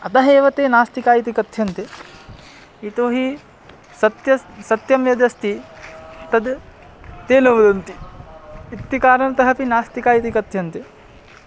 अतः एव ते नास्तिकाः इति कथ्यन्ते यतोहि सत्यस् सत्यं यदस्ति तद् ते न वदन्ति इति कारणतः अपि नास्तिकाः इति कथ्यन्ते